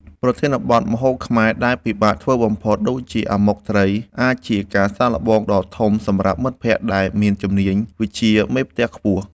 ប្រធានបទ ម្ហូបខ្មែរដែលពិបាកធ្វើបំផុត ដូចជា អាម៉ុកត្រី អាចជាការសាកល្បងដ៏ធំសម្រាប់មិត្តភក្តិដែលមានជំនាញវិជ្ជាមេផ្ទះខ្ពស់។